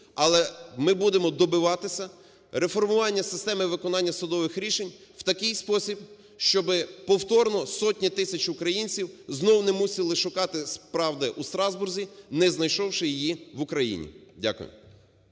але ми будемо добиватися реформування системи виконання судових рішень в такий спосіб, щоби повторно сотні тисяч українців знову не мусили шукати правди у Страсбурзі, не знайшовши її в Україні. Дякую.